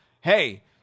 hey